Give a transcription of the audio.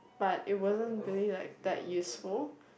but it wasn't really like that useful